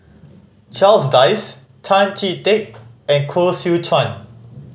Charles Dyce Tan Chee Teck and Koh Seow Chuan